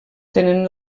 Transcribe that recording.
tenen